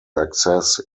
access